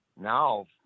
now